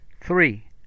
Three